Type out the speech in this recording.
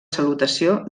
salutació